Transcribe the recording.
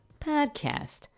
podcast